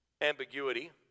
ambiguity